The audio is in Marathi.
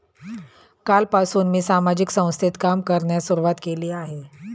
कालपासून मी सामाजिक संस्थेत काम करण्यास सुरुवात केली आहे